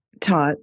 taught